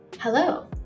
Hello